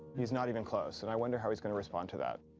he's not even close, and i wonder how he's gonna respond to that.